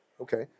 Okay